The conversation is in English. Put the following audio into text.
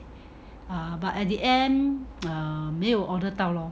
err but at the end err 没有 order 到